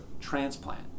transplant